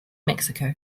mexico